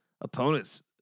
opponents